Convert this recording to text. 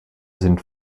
sind